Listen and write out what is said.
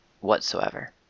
whatsoever